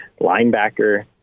Linebacker